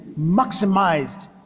maximized